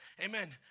Amen